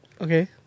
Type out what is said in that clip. Okay